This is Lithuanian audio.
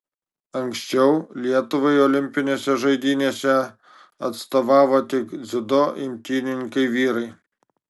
anksčiau lietuvai olimpinėse žaidynėse atstovavo tik dziudo imtynininkai vyrai